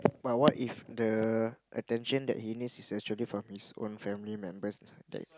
but what if the attention that he needs is actually from his own family members that